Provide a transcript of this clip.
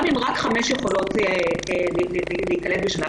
גם אם רק חמש יכולות להיקלט בשנה.